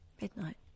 Midnight